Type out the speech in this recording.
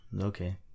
Okay